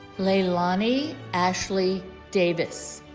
leilani ashleigh davis